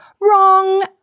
Wrong